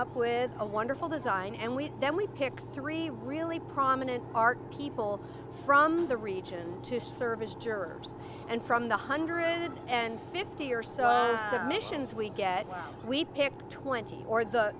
up with a wonderful design and we then we picked three really prominent art people from the region to service jurors and from the hundred and fifty or so the commissions we get we picked twenty or the